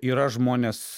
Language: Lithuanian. yra žmonės